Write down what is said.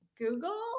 Google